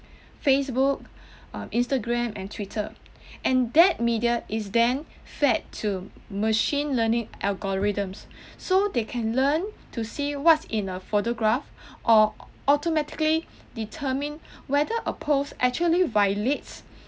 facebook um instagram and twitter and that media is then fed to machine learning algorithms so they can learn to see what's in a photograph or automatically determine whether a post actually violates